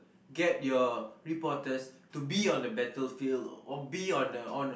get your reporters to be on the battlefield or be on the on